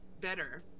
Better